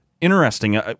interesting